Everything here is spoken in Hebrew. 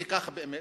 והיא כך באמת,